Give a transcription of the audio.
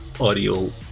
audio